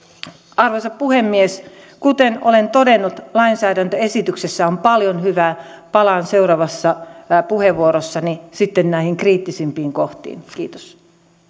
arvoisa puhemies kuten olen todennut lainsäädäntöesityksessä on paljon hyvää palaan seuraavassa puheenvuorossani sitten näihin kriittisimpiin kohtiin kiitos